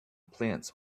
plants